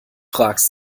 fragst